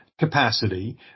capacity